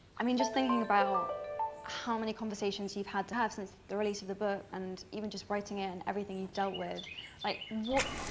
i mean just thinking about all how many conversations you've had to have since the release of the book and even just writing in everything you've dealt with like what?